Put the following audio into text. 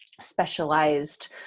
specialized